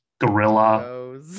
gorilla